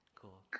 Cool